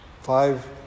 five